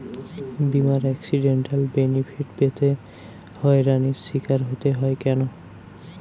বিমার accidental benefit পেতে হয়রানির স্বীকার হতে হয় কেন?